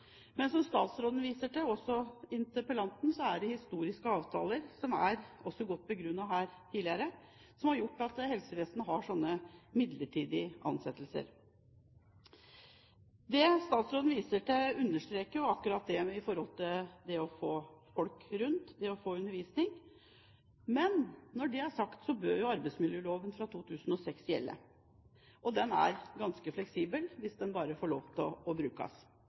historiske avtaler – som er godt begrunnet her tidligere – som har gjort at helsevesenet har slike midlertidige ansettelser. Det statsråden viser til, understreker jo akkurat det med å få folk rundt, det å få undervisning. Men når det er sagt, bør jo arbeidsmiljøloven fra 2006 gjelde. Den er ganske fleksibel om den bare får lov til å brukes.